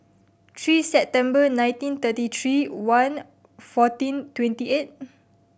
three September nineteen thirty three one fourteen twenty eight